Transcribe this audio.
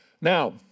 Now